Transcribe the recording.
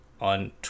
on